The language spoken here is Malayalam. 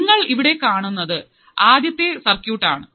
നിങ്ങൾ ഇവിടെ കാണുന്നത് ആദ്യത്തെ സർക്യൂട്ട് ആണ്